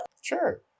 Sure